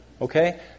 Okay